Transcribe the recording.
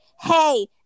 hey